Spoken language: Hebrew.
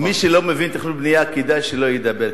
מי שלא מבין תכנון ובנייה כדאי שלא ידבר.